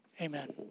Amen